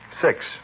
Six